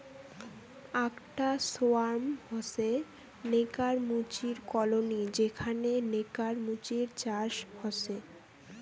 আকটা সোয়ার্ম হসে নেকার মুচির কলোনি যেখানে নেকার মুচির চাষ হসে